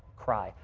cry.